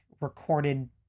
recorded